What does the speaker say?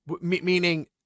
Meaning